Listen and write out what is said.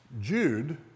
Jude